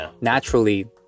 Naturally